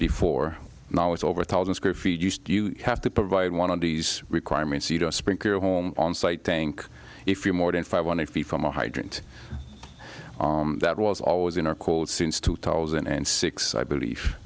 before now it's over a thousand square feet used you have to provide one of these requirements sprinkler a home on site think if you're more than five hundred feet from a hydrant that was always in our calls since two thousand and six i believe